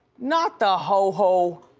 not the ho, ho,